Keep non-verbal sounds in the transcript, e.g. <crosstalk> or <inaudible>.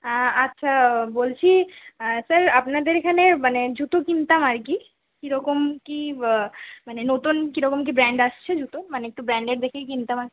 আচ্ছা বলছি স্যার আপনাদের এখানে মানে জুতো কিনতাম আর কি কীরকম কী <unintelligible> মানে নতুন কীরকম কী ব্র্যান্ড এসেছে জুতোর মানে একটু ব্র্যান্ডেড দেখেই কিনতাম আর